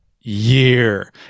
year